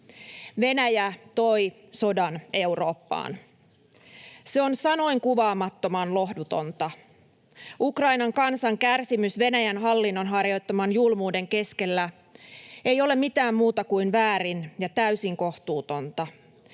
Venäjä toi sodan Eurooppaan. Se on sanoinkuvaamattoman lohdutonta. Ukrainan kansan kärsimys Venäjän hallinnon harjoittaman julmuuden keskellä ei ole mitään muuta kuin väärin ja täysin kohtuutonta.